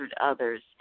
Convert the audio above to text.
others